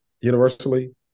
universally